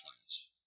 plans